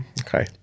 Okay